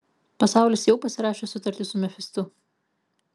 pasaulis jau pasirašė sutartį su mefistu